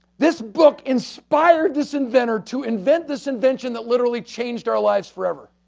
this book inspired this inventor to invent this invention that literally changed our lives forever.